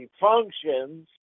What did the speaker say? functions